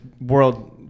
world